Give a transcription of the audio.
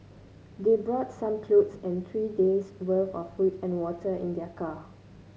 they brought some clothes and three days' worth of food and water in their car